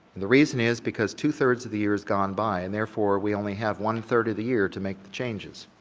the reason is because two thirds of the year has gone by and therefore, we only have one third of the year to make the changes,